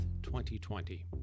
2020